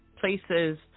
places